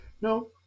no